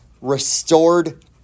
restored